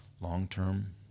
long-term